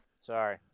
Sorry